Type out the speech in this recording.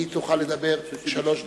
היא תוכל לדבר שלוש דקות,